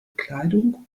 kleidung